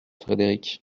frédéric